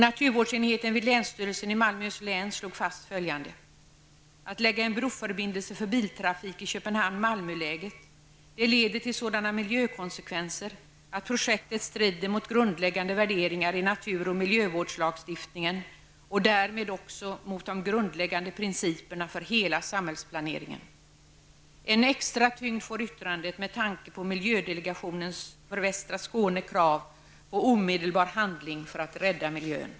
Naturvårdsenheten vid länsstyrelsen i Malmöhus län slog fast följande: Att lägga en broförbindelse för biltrafik i Köpenhamn--Malmöläget leder till sådana miljökonsekvenser att projektet strider mot grundläggande värderingar i natur och miljövårdslagstiftningen och därmed också mot de grundläggande principerna för hela samhällsplaneringen. En extra tyngd får detta yttrande med tanke på kravet från miljödelegationen för västra Skåne på omedelbar handling för att rädda miljön.